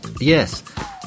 Yes